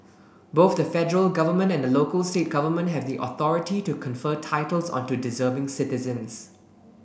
both the federal government and the local state government have the authority to confer titles onto deserving citizens